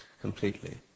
completely